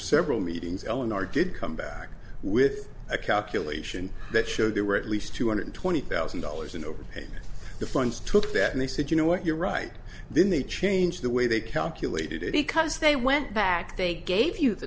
several meetings eleanor did come back with a calculation that showed there were at least two hundred twenty thousand dollars an overpayment the funds took that and they said you know what you're right then they changed the way they calculated it because they went back they gave you the